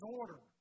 order